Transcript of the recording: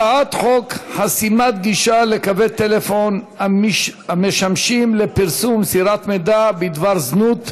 הצעת חוק חסימת גישה לקווי טלפון המשמשים לפרסום ומסירת מידע בדבר זנות,